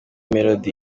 melody